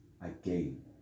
again